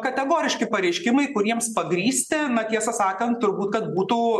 kategoriški pareiškimai kuriems pagrįsti mat tiesą sakant turbūt kad būtų